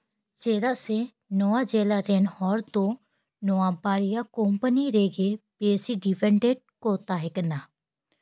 ᱪᱮᱫᱟᱜ ᱥᱮ ᱱᱚᱣᱟ ᱡᱮᱞᱟ ᱨᱮᱱ ᱦᱚᱲ ᱫᱚ ᱱᱚᱣᱟ ᱵᱟᱨᱭᱟ ᱠᱳᱢᱯᱟᱱᱤ ᱨᱮᱜᱮ ᱵᱮᱥᱤ ᱰᱤᱯᱮᱱᱰᱮᱰ ᱠᱚ ᱛᱟᱦᱮᱸ ᱠᱟᱱᱟ